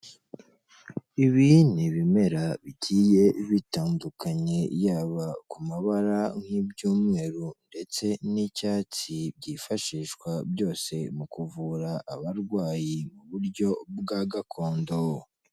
Ibi ni ibimera bigiye bitandukanye yaba ku mabara nk'ibyumweru ndetse n'icyatsi byifashishwa byose mu kuvura abarwayi mu buryo bwa gakondo.